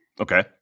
okay